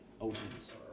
opens